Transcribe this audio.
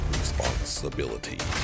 Responsibility